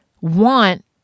want